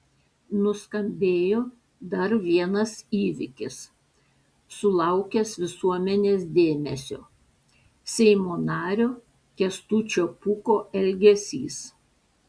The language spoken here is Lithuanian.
nuskambėjo dar vienas įvykis sulaukęs visuomenės dėmesio seimo nario kęstučio pūko elgesys